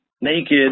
naked